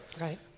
Right